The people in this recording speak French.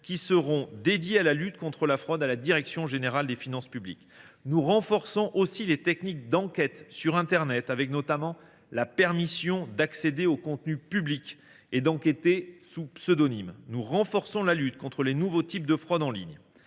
qui seront dédiés à la lutte contre la fraude à la direction générale des finances publiques (DGFiP). Nous renforçons aussi les techniques d’enquête sur internet avec, notamment, la permission d’accéder aux contenus publics et d’enquêter sous pseudonyme. Nous renforçons la lutte contre les nouveaux types de fraudes en ligne.